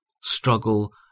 struggle